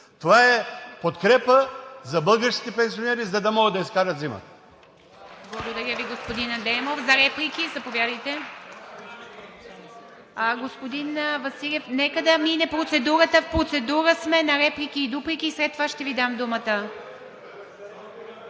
Това е подкрепа за българските пенсионери, за да могат да изкарат зимата.